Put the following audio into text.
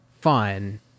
fun